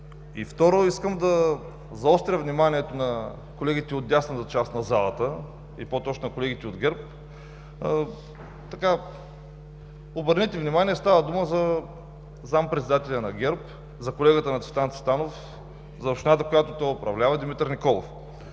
Второ, искам да заостря вниманието на колегите от дясната част на залата и по-точно на колегите от ГЕРБ. Обърнете внимание, става дума за заместник-председателя на ГЕРБ – за колегата на Цветан Цветанов, за общината, която той управлява – Димитър Николов.